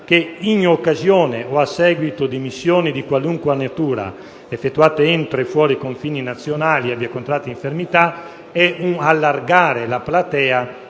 che, in occasione o a seguito di missioni di qualunque natura, effettuate entro e fuori i confini nazionali, abbia contratto infermità, allargando la platea